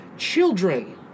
children